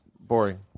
boring